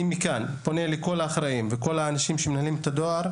אני מכאן פונה לכל האחראים ולכל האנשים שמנהלים את הדואר,